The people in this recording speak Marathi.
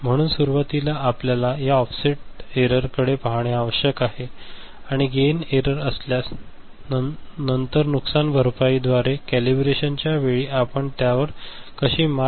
म्हणूनच सुरुवातीला आपल्याला या ऑफसेट एररकडे पाहणे आवश्यक आहे आणि गेन एरर असल्यास नंतर नुकसानभरपाई द्वारे कॅलिब्रेशनच्या वेळी आपण त्यावर कशी मात मिळवता येईल ते पाहू